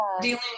dealing